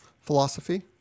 Philosophy